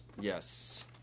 Yes